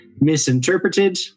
misinterpreted